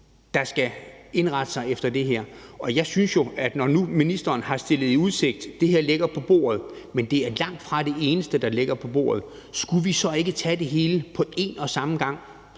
der skal indrette sig efter det her. Og jeg synes jo, at når nu ministeren har stillet i udsigt, at det her ligger på bordet, men at det er langtfra det eneste, der ligger på bordet, skulle vi så ikke tage det hele på én og samme gang,